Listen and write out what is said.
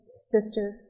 sister